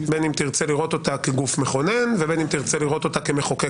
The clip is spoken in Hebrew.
בין אם תרצה לראות אותה כגוף מכונן ובין אם תרצה לראות אותה כמחוקק